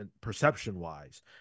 perception-wise